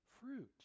fruit